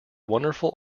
wonderful